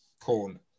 Corn